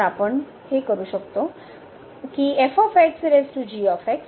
तर आपण शकतो